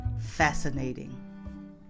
fascinating